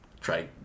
try